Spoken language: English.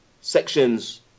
sections